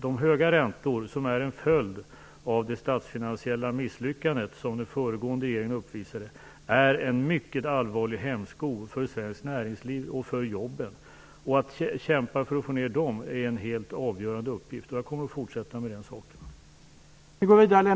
De höga räntor som är en följd av det statsfinansiella misslyckande som den föregående regeringen uppvisade är en mycket allvarlig hämsko för svenskt näringsliv och för jobben. Att kämpa för att få ned dem är en helt avgörande uppgift. Jag kommer att fortsätta med den saken.